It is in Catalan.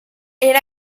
era